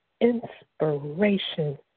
inspiration